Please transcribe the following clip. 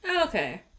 Okay